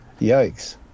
Yikes